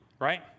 right